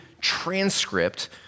transcript